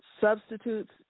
substitutes